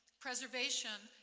preservation,